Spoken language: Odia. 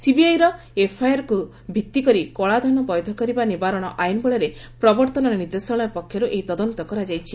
ସିବିଆଇର ଏଫ୍ଆଇଆର୍କୁ ଭିତ୍ତିକରି କଳାଧନ ବୈଧ କରିବା ନିବାରଣ ଆଇନ ବଳରେ ପ୍ରବର୍ତ୍ତନ ନିର୍ଦ୍ଦେଶାଳୟ ପକ୍ଷର୍ ଏହି ତଦନ୍ତ କରାଯାଇଛି